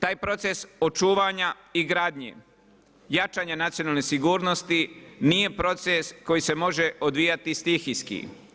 Taj proces očuvanja i gradnje, jačanja nacionalne sigurnosti nije proces koji se može odvijati stihijski.